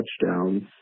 touchdowns